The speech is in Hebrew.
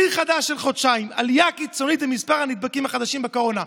שיא חדש של חודשיים: עלייה קיצונית במספר הנדבקים החדשים בקורונה.